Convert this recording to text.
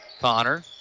Connor